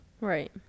right